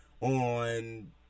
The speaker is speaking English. on